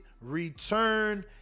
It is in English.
return